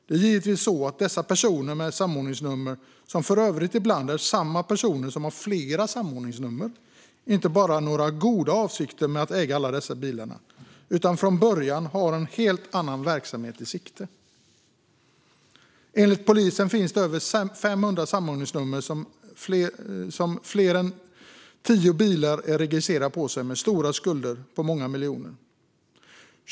Det är givetvis så att dessa personer med samordningsnummer, som för övrigt ibland har flera samordningsnummer, inte har några goda avsikter med att äga alla dessa bilar, utan från början har de en helt annan verksamhet i sikte. Enligt polisen finns det över 500 samordningsnummer med fler än 10 bilar registrerade på sig med stora skulder på många miljoner.